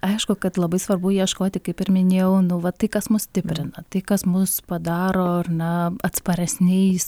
aišku kad labai svarbu ieškoti kaip ir minėjau nu va tai kas mus stiprina tai kas mus padaro ar na atsparesniais